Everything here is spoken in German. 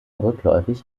rückläufig